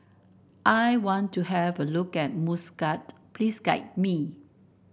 I want to have a look at Muscat please guide me